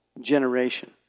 generation